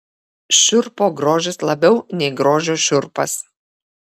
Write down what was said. šiurpo grožis labiau nei grožio šiurpas